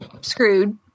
screwed